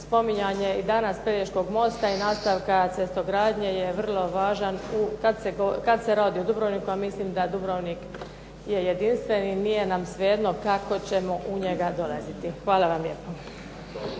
spominjanje i danas Pelješkog mosta i nastavka cestogradnje je vrlo važan kad se radi o Dubrovniku, a mislim da Dubrovnik je jedinstven i nije nam svejedno kako ćemo u njega dolaziti. Hvala vam lijepo.